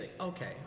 Okay